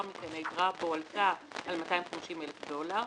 מכן היתרה בו עלתה על 250,000 דולר,